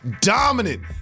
Dominant